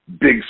big